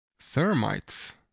thermites